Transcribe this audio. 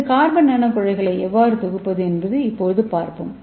இந்த கார்பன் நானோகுழாய்களை எவ்வாறு தொகுப்பது என்று இப்போது பார்ப்போம்